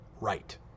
right